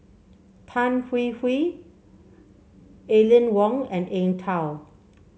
Tan Hwee Hwee Aline Wong and Eng Tow